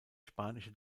spanische